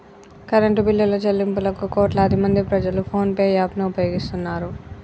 current బిల్లుల చెల్లింపులకు కోట్లాదిమంది ప్రజలు ఫోన్ పే యాప్ ను ఉపయోగిస్తున్నారు